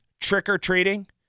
Trick-or-treating